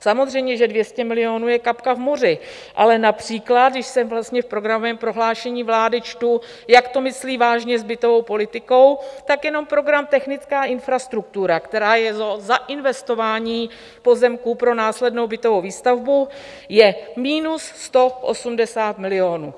Samozřejmě že 200 milionů je kapka v moři, ale například když vlastně v programovém prohlášení vlády čtu, jak to myslí vážně s bytovou politikou, tak jenom program technická infrastruktura, která je o zainvestování pozemků pro následnou bytovou výstavbu, je minus 180 milionů.